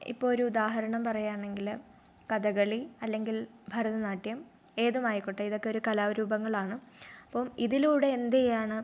ഇപ്പോൾ ഒരു ഉദാഹരണം പറയുകയാണെങ്കിൽ കഥകളി അല്ലെങ്കിൽ ഭരതനാട്യം ഏതുമായിക്കോട്ടെ ഇതൊക്കെ ഒരു കലാരൂപങ്ങളാണ് അപ്പോൾ ഇതിലൂടെ എന്തെയ്യാണ്